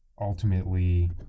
ultimately